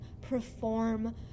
perform